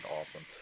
awesome